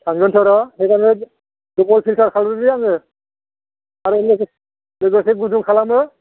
थांगोनथ'र' ओंखायनो डाबोल फिलटार खालामदों दे आङो आरो लोगोसे लोगोसे गुदुं खालामनो